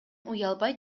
уялбай